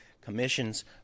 commissions